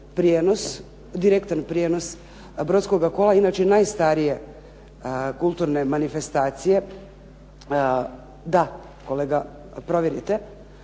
dobili direktan prijenos Brodskoga kola, inače najstarije kulturne manifestacije. Da kolega provjerite.